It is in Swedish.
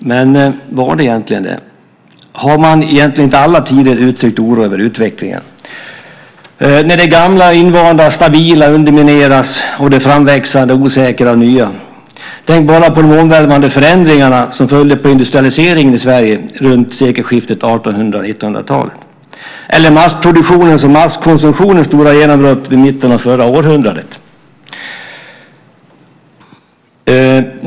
Men var det egentligen det? Har man inte egentligen i alla tider uttryckt oro över utvecklingen när det gamla, invanda och stabila undermineras av det framväxande, osäkra och nya? Tänk bara på de omvälvande förändringar som följde på industrialiseringen i Sverige runt sekelskiftet 1800/1900-tal eller massproduktionens och masskonsumtionens stora genombrott vid mitten av förra århundradet!